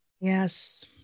Yes